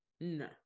no